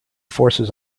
forces